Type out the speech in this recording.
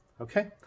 Okay